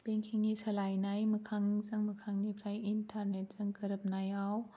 बेंकिंनि सोलायनाय मोखांजों मोखांनिफ्राइ इन्टारनेटजों गोरोबनायाव